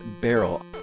Barrel